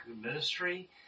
ministry